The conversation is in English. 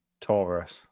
Taurus